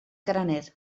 graner